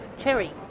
Cherry